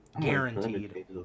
Guaranteed